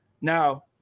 Now